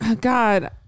god